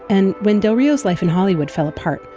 and when dario's life in hollywood fell apart,